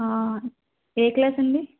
ఏ class అండి